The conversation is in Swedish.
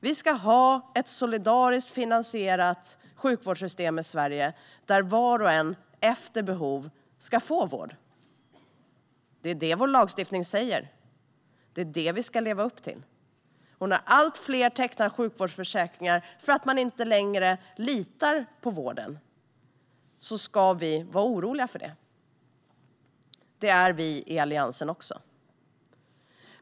Vi ska ha ett solidariskt finansierat sjukvårdssystem i Sverige där var och en efter behov ska få vård. Det är det som vår lagstiftning säger, och det är det som vi ska leva upp till. När allt fler tecknar sjukvårdsförsäkringar för att man inte längre litar på vården ska vi vara oroliga för det. Det är vi i Alliansen också.